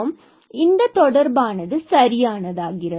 எனவே இந்த தொடர்பானது சரியானது